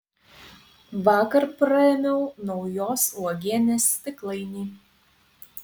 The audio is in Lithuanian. vakar praėmiau naujos uogienės stiklainį